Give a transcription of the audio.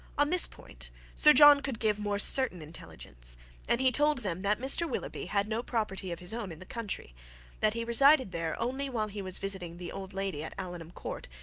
on this point sir john could give more certain intelligence and he told them that mr. willoughby had no property of his own in the country that he resided there only while he was visiting the old lady at allenham court,